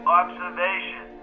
observation